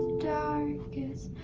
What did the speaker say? darkest